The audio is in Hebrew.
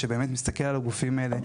שיסתכל על הגופים האלה,